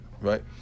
right